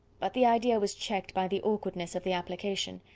but the idea was checked by the awkwardness of the application,